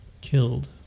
Killed